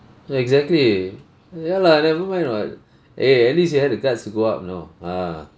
uh exactly ya lah never mind what eh at least you had the guts to go up you know ah